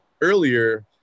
earlier